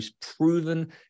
proven